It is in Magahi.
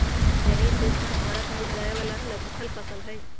जलीय चेस्टनट भारत में उपजावे वाला लघुफल फसल हई